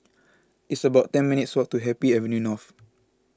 it's about ten minutes' walk to Happy Avenue North